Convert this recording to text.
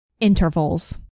Intervals